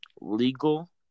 legal